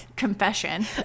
confession